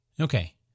Okay